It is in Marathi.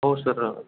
हो सर